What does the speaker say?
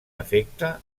efecte